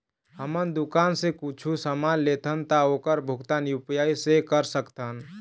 हमन दुकान से कुछू समान लेथन ता ओकर भुगतान यू.पी.आई से कर सकथन?